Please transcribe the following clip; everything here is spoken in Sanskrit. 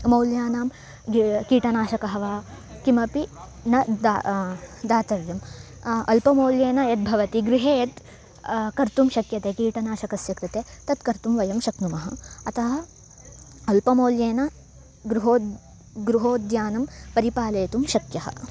मौल्यानां गि कीटनाशकाः वा किमपि न दा दातव्यम् अल्पमौल्येन यद्भवति गृहे यत् कर्तुं शक्यते कीटनाशकस्य कृते तत्कर्तुं शक्नुमः अतः अल्पमौल्येन गृहे गृहोद्यानं परिपालयितुं शक्यते